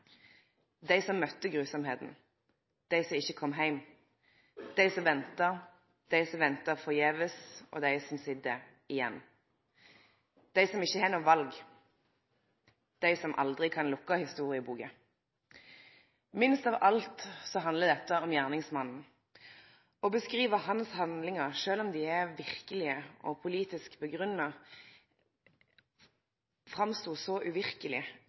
dei som møtte dei grufulle handlingane, dei som ikkje kom heim, dei som venta, dei som venta forgjeves, dei som sit igjen, dei som ikkje har noko val, og dei som aldri kan lukke historieboka. Ikkje minst handlar dette om gjerningsmannen. Hans handlingar var – sjølv om dei er verkelege og politisk grunngjevne – så